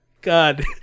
God